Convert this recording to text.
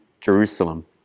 Jerusalem